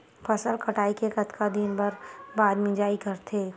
फसल कटाई के कतका दिन बाद मिजाई करथे?